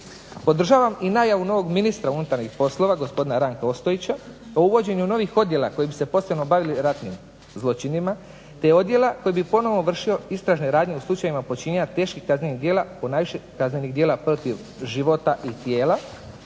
Podržavam i najavu nogo ministra unutarnjih poslova gospodina Ranka Ostojića da uvođenju novih odijela koji bi se posebno bavili ratnim zločinima te odijela koji bi ponovno vršio istražne radnje u slučajevima počinjenja teških kaznenih djela ponajviše kaznenih djela protiv života i tijela,